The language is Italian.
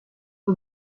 the